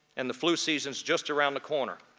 and the flu seasons just around the corner.